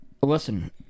listen